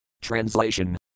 Translation